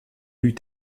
eut